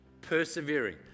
persevering